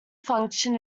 function